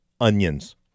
onions